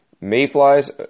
Mayflies